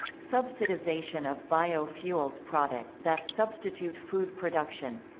subsidization of bio-fuels product that substitute food production